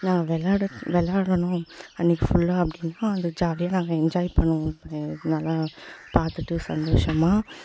நாங்கள் விளையாடுறது விளையாடணும் அன்றைக்கு ஃபுல்லாக அப்டிதான் அந்த ஜாலியாக நாங்கள் என்ஜாய் பண்ணுவோம் இப்போ நல்லா பார்த்துட்டு சந்தோஷமா